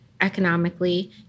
economically